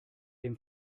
dem